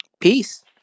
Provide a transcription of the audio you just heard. Peace